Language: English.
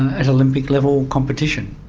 at olympic level competition.